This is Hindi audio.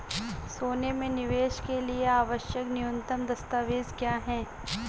सोने में निवेश के लिए आवश्यक न्यूनतम दस्तावेज़ क्या हैं?